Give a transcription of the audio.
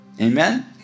Amen